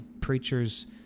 preachers